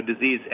disease